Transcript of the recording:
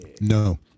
No